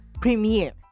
premiere